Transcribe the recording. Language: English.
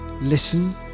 Listen